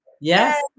Yes